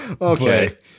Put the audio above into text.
Okay